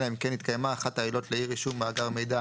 אלא אם כן התקיימה אחת העילות לאי-רישום מאגר מידע